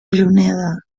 juneda